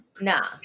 Nah